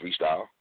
freestyle